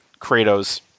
Kratos